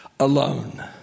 alone